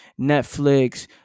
Netflix